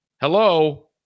Hello